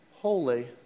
holy